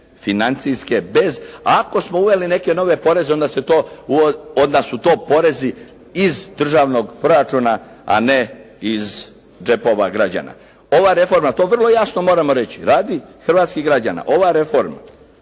financijske bez, ako smo uveli neke nove poreze, onda su to porezi iz državnog proračuna, a ne iz džepova građana. Ova reforma, to vrlo jasno moramo reći radi hrvatskih građana, ova reforma